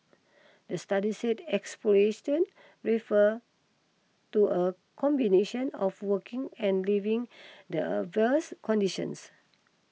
the study said exploitation refers to a combination of working and living adverse conditions